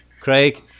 craig